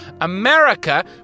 America